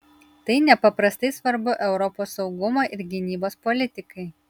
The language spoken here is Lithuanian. tai nepaprastai svarbu europos saugumo ir gynybos politikai